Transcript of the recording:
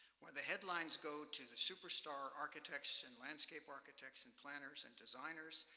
where the headlines go to the superstar architects and landscape architects, and planners and designers,